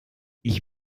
ich